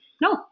No